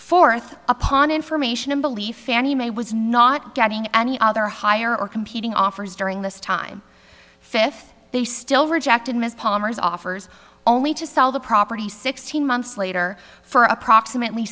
forth upon information belief fannie mae was not getting any other higher or competing offers during this time fifth they still rejected ms palmer's offers only to sell the property sixteen months later for approximately